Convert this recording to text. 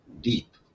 deep